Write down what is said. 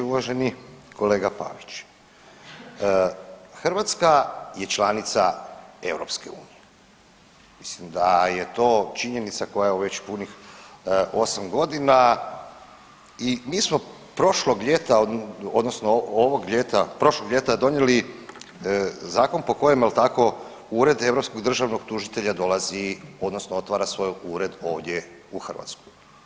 Uvaženi kolega Pavić, Hrvatska je članica EU, mislim da je to činjenica koja evo već 8 godina i mi smo prošlog ljeta odnosno ovog ljeta, prošlog ljeta donijeli zakon po kojem jel tako Ured europskog državnog tužitelja dolazi odnosno otvara svoj ured ovdje u Hrvatskoj.